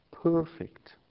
Perfect